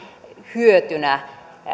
hyötynä